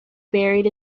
buried